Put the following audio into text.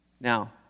Now